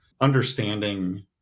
understanding